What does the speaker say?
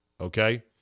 okay